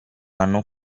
anno